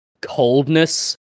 coldness